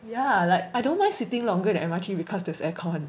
yeah like I don't mind sitting longer in the M_R_T because there's air con